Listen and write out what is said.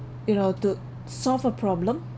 you know to solve a problem